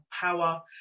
power